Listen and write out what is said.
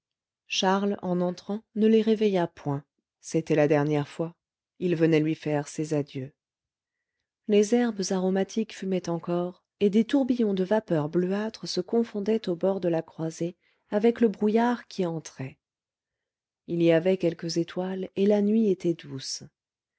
charles en entrant ne les réveilla point c'était la dernière fois il venait lui faire ses adieux les herbes aromatiques fumaient encore et des tourbillons de vapeur bleuâtre se confondaient au bord de la croisée avec le brouillard qui entrait il y avait quelques étoiles et la nuit était douce